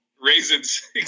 raisins